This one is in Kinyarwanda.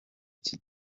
iki